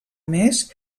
més